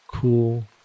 Cool